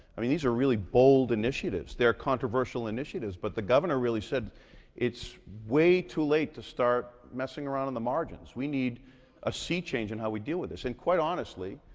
i mean, these are really bold initiatives. they're controversial initiatives, but the governor really said it's way too late to start messing around in the margins. we need a sea change in how we deal with this, and quite honestly.